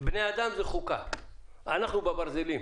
כטיסת מטען.